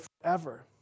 forever